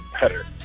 better